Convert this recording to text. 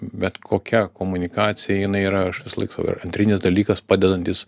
bet kokia komunikacija jinai yra aš visąlaik antrinis dalykas padedantis